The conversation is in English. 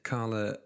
Carla